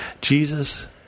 Jesus